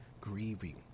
grieving